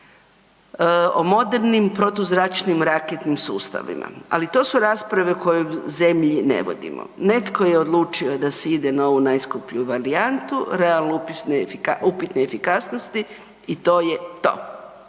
o modernim protuzračnim raketnim sustavima. Ali to su rasprave koje u zemlji ne vodimo. Netko je odlučio da se ide na ovu najskuplju varijantu, realno upitne efikasnosti i to je to.